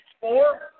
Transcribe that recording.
four